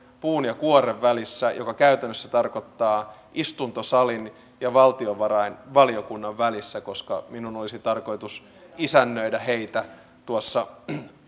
puun ja kuoren välissä mikä käytännössä tarkoittaa istuntosalin ja valtiovarainvaliokunnan välissä koska minun olisi tarkoitus isännöidä heitä tuossa